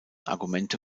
argumente